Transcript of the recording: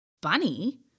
Bunny